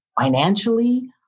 financially